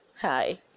hi